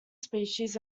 species